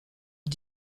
aux